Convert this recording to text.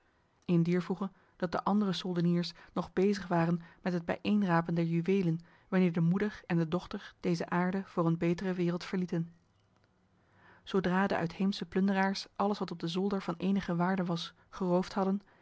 in dier voege dat de andere soldeniers nog bezig waren met het bijeenrapen der juwelen wanneer de moeder en de dochter deze aarde voor een betere wereld verlieten zodra de uitheemse plunderaars alles wat op de zolder van enige waarde was geroofd hadden